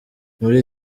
muri